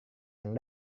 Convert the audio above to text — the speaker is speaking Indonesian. yang